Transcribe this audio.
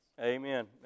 Amen